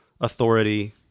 authority